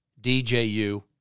DJU